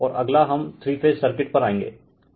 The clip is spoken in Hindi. और अगला हम थ्री फेज सर्किट् पर आएंगे